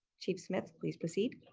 chief smith, please proceed?